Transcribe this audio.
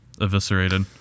eviscerated